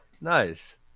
Nice